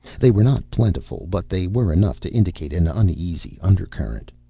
they were not plentiful, but they were enough to indicate an uneasy undercurrent.